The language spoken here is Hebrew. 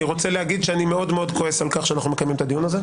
אני רוצה להגיד שאני מאוד מאוד כועס על כך שאנחנו מקיימים את הדיון הזה,